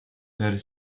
per